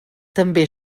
també